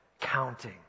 Counting